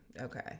Okay